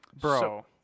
Bro